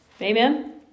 Amen